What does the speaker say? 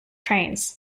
trains